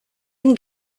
been